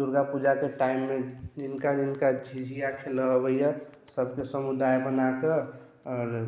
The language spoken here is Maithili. दुर्गा पूजाके टाइममे जिनका जिनका झिझिया खेलय अबैए सभके समुदाय बना कऽ आओर